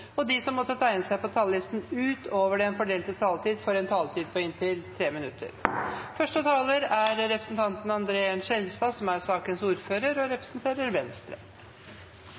og de som måtte tegne seg på talerlisten utover den fordelte taletid, får en taletid på inntil 3 minutter. Det er sjelden mulighet til å stå på denne talerstolen og proklamere en gledelig sak som denne, for dette er